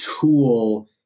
tool